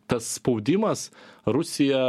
tas spaudimas rusija